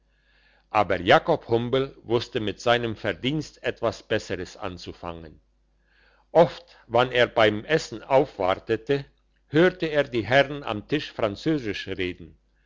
aber jakob humbel wusste mit seinem verdienst etwas besseres anzufangen oft wann er bei dem essen aufwartete hörte er die herren am tisch französisch reden